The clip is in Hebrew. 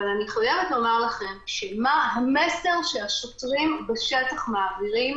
אבל אני חייבת לומר לכם שהמסר שהשוטרים בשטח מעבירים